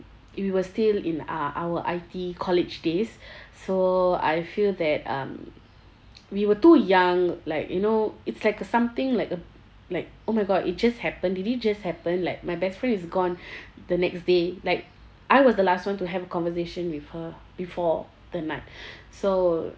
we were still in uh our I_T college days so I feel that um we were too young like you know it's like a something like uh like oh my god it just happened did it just happened like my best friend is gone the next day like I was the last [one] to have a conversation with her before the night so